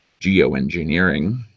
geoengineering